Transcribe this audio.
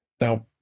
Now